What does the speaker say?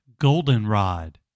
goldenrod